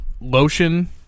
lotion